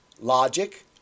Logic